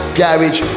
garage